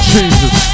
Jesus